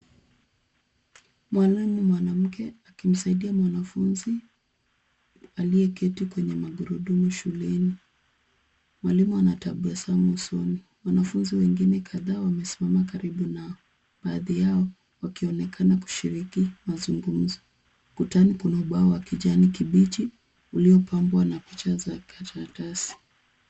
Mwalimu mwanamke akimsaidia mwanafunzi aliyeketi kwenye magurudumu shuleni. Mwalimu anatabasamu usoni. Wanafunzi wengine kadhaa wamesimama karibu nao baadhi yao wakionekana kushiriki mazungumzo. Ukutani kuna ubao wa kijani kibichi uliopambwa na picha za karatasi.